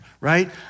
right